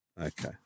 Okay